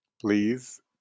Please